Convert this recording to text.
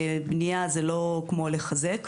בנייה זה לא כמו לחזק.